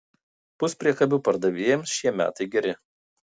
puspriekabių pardavėjams šie metai geri